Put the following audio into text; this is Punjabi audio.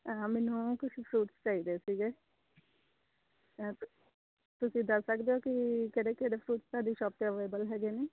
ਮੈਨੂੰ ਕੁਛ ਫਰੂਟਸ ਚਾਹੀਦੇ ਸੀਗੇ ਅ ਤੁਸੀਂ ਦੱਸ ਸਕਦੇ ਹੋ ਕਿ ਕਿਹੜੇ ਕਿਹੜੇ ਫਰੂਟਸ ਤੁਹਾਡੀ ਸ਼ੋਪ 'ਤੇ ਅਵੈਲੇਬਲ ਹੈਗੇ ਨੇ